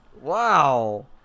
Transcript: Wow